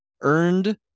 earned